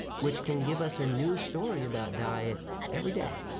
which can give us a new story about diet every day.